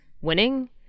winning